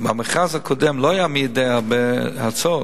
במכרז הקודם לא היו מי-יודע-מה הרבה הצעות,